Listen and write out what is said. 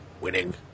Winning